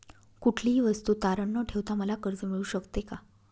कुठलीही वस्तू तारण न ठेवता मला कर्ज मिळू शकते का?